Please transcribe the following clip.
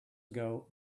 ago